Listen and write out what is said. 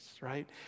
right